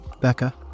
Becca